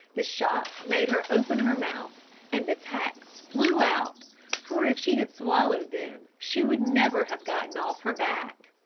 the shock made her open her mouth and the tacks flew out for if she had swallowed them she would never have gotten off her back.